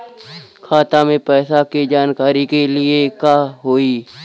खाता मे पैसा के जानकारी के लिए का होई?